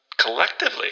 collectively